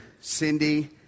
Cindy